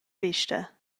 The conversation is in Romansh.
vesta